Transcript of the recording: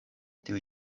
tiuj